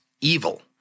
evil